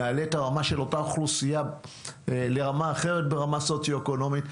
נעלה את הרמה של אותה אוכלוסייה ברמה סוציו אקונומית.